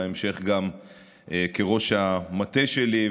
ובהמשך גם ראש המטה שלי,